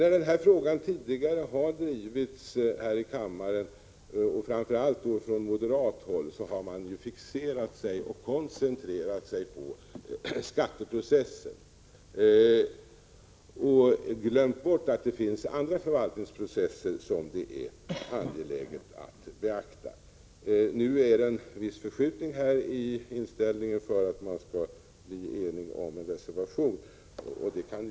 När denna fråga tidigare har diskuterats här i kammaren har framför allt moderaterna fixerat sig vid och koncentrerat sig på skatteprocessen och glömt bort att det finns andra förvaltningsprocesser som det är angeläget att beakta. Nu har det skett en viss förskjutning i moderaternas inställning, för att de borgerliga skulle kunna bli eniga om en reservation.